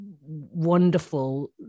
wonderful